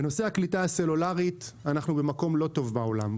בנושא הקליטה הסלולרית אנחנו במקום לא טוב בעולם.